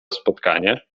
spotkanie